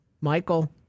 Michael